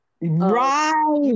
Right